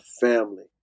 family